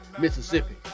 Mississippi